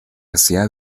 hacía